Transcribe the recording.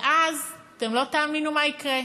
ואז אתם לא תאמינו מה יקרה.